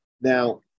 Now